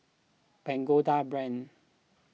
Pagoda Brand